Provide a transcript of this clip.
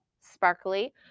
sparkly